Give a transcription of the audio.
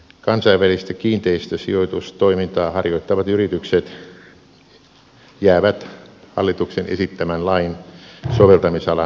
kansainvälistä kiinteistösijoitustoimintaa harjoittavat yritykset jäävät hallituksen esittämän lain soveltamisalan ulkopuolelle